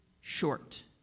short